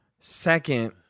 Second